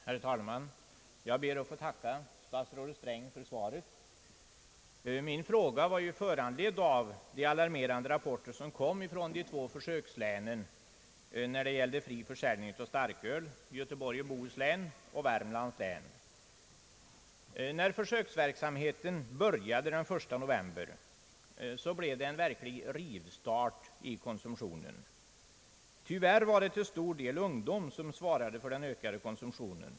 Herr talman! Jag ber att få tacka statsrådet Sträng för svaret. Min fråga var föranledd av de alarmerande rapporterna från de två försökslänen beträffande fri försäljning av starköl i Göteborgs och Bohus län och i Värmlands län. När försöksverksamheten började den 1 november blev det en verklig rivstart i konsumtionen. Tyvärr var det till stor del ungdom som svarade för den ökade konsumtionen.